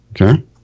Okay